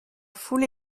foule